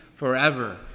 forever